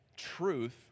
Truth